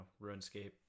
RuneScape